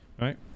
right